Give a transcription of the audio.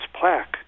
plaque